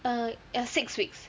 err err six weeks